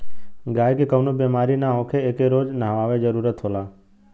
गायी के कवनो बेमारी ना होखे एके रोज नहवावे जरुरत होला